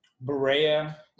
Berea